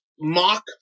mock